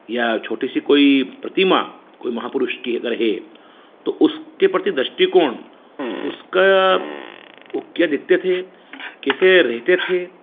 या छोटी सी कोई प्रतिमा कोई महापुरुष की अगर है तो उसके प्रति दृष्टिकोण उसका वह क्या दिखते थे कैसे रहते थे